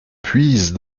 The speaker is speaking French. puise